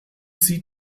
sie